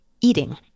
Eating